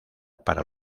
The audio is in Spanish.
para